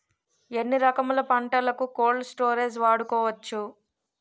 ఎన్ని రకములు పంటలకు కోల్డ్ స్టోరేజ్ వాడుకోవచ్చు?